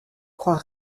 croire